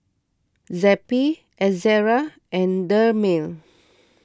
Zappy Ezerra and Dermale